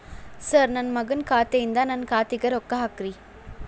sir ನನ್ನ ಮಗನ ಖಾತೆ ಯಿಂದ ನನ್ನ ಖಾತೆಗ ರೊಕ್ಕಾ ಹಾಕ್ರಿ